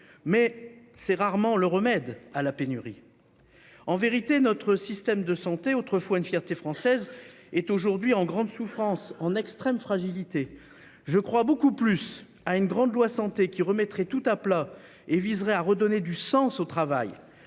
mais c'est rarement le remède à la pénurie. En vérité, notre système de santé, autrefois une fierté française, est aujourd'hui en grande souffrance et dans une extrême fragilité. Je crois beaucoup plus à une grande loi Santé qui remettrait tout à plat et viendrait redonner du sens au travail